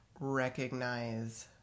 recognize